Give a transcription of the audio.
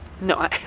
No